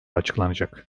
açıklanacak